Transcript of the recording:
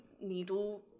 needle